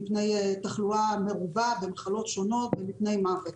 מפני תחלואה מרובה ומחלות שונות ומפני מוות.